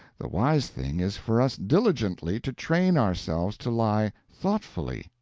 the wise thing is for us diligently to train ourselves to lie thoughtfully,